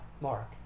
mark